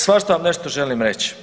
Svašta vam nešto želim reći.